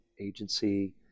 Agency